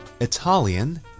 Italian